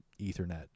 Ethernet